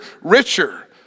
richer